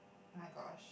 oh-my-gosh